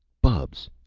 bubs!